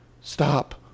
stop